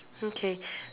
okay